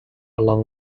along